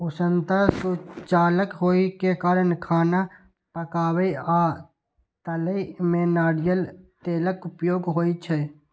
उष्णता सुचालक होइ के कारण खाना पकाबै आ तलै मे नारियल तेलक उपयोग होइ छै